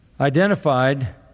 identified